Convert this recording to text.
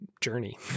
journey